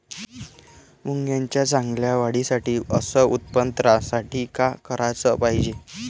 मुंगाच्या चांगल्या वाढीसाठी अस उत्पन्नासाठी का कराच पायजे?